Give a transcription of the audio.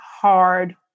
hard